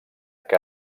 que